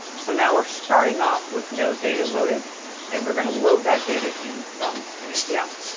so now we're starting off with no data loaded and we're going to load that data in from an api.